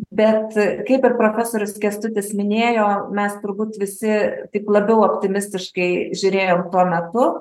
bet kaip ir profesorius kęstutis minėjo mes turbūt visi tik labiau optimistiškai žiūrėjom tuo metu